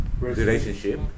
relationship